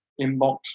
inbox